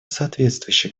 соответствующие